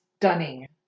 stunning